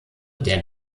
der